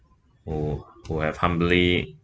who who have humbly